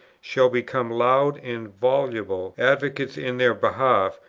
shall become loud and voluble advocates in their behalf,